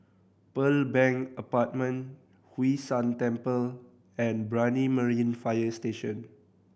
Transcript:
Pearl Bank Apartment Hwee San Temple and Brani Marine Fire Station